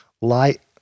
light